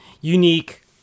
unique